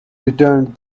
returned